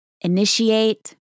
Initiate